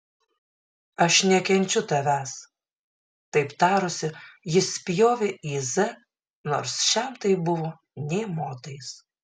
aš nekenčiu tavęs taip tarusi ji spjovė į z nors šiam tai buvo nė motais